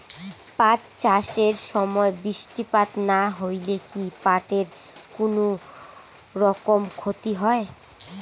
পাট চাষ এর সময় বৃষ্টিপাত না হইলে কি পাট এর কুনোরকম ক্ষতি হয়?